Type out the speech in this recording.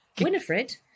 Winifred